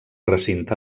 recinte